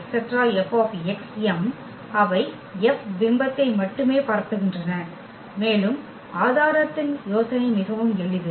F F F அவை F பிம்பத்தை மட்டுமே பரப்புகின்றன மேலும் ஆதாரத்தின் யோசனை மிகவும் எளிது